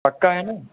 पक्का है ना